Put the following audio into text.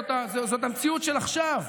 זאת המציאות של עכשיו,